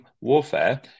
warfare